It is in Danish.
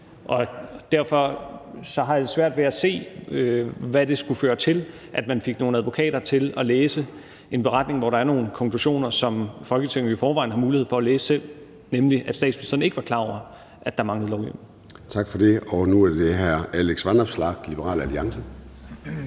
Derfor har jeg lidt svært ved at se, hvad det skulle føre til, at man fik nogle advokater til at læse en beretning, hvor der er nogle konklusioner, som Folketinget jo i forvejen har mulighed for at læse selv, nemlig at statsministeren ikke var klar over, at der manglede